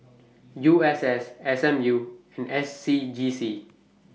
U S S S M U and S C G C